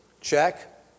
check